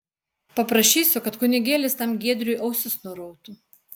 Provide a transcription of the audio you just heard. paprašysiu kad kunigėlis tam giedriui ausis nurautų